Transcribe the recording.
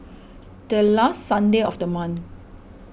the last Sunday of the month